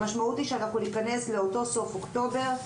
המשמעות היא שניכנס לאותו סוף אוקטובר,